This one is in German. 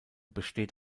besteht